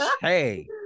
hey